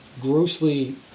grossly